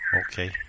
Okay